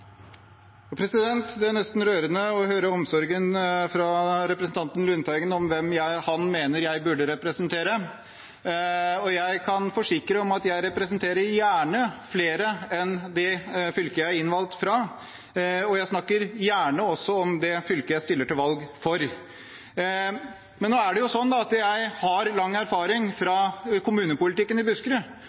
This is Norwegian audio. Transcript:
Lundteigen for dem han mener jeg burde representere. Jeg kan forsikre om at jeg representerer gjerne flere enn dem i det fylket jeg er innvalgt fra, og jeg snakker gjerne også om det fylket jeg stiller til valg for. Men nå er det sånn at jeg har lang erfaring fra kommunepolitikken i Buskerud.